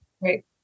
Right